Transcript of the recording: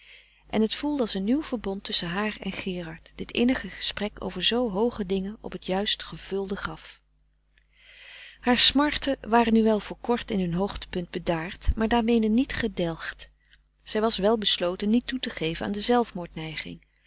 en het voelde als een nieuw verbond tusschen haar en gerard dit innige gesprek over zoo hooge dingen op het juist gevulde graf haar smarten waren nu wel voor kort in hun hoogtepunt bedaard maar daarmede niet gedelgd zij was wel besloten niet toe te geven aan de zelfmoordneiging